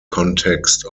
context